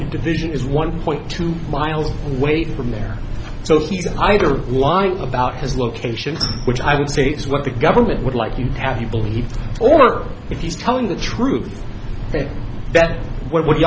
divisions one point two miles away from there so he's either lying about his location which i would say is what the government would like you have you believe or if he's telling the truth that what